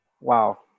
wow